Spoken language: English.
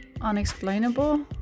unexplainable